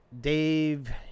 Dave